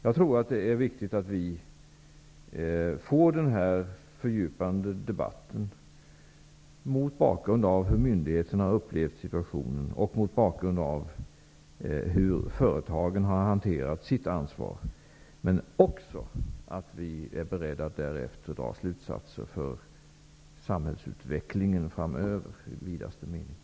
Jag tror att det är viktigt att vi får den här fördjupade debatten mot bakgrund av hur myndigheterna har upplevt situationen och hur företagen har hanterat sitt ansvar. Det är också viktigt att vi därefter är beredda att dra slutsatser beträffande samhällsutvecklingen framöver i dess vidaste mening.